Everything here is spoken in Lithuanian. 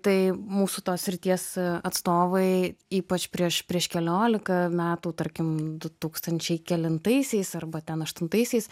tai mūsų tos srities atstovai ypač prieš prieš keliolika metų tarkim du tūkstančiai kelintaisiais arba ten aštuntaisiais